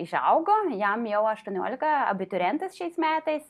išaugo jam jau aštuoniolika abiturientas šiais metais